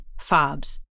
FOBs